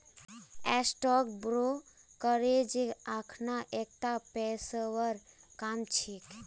stock brokerage अखना एकता पेशेवर काम छिके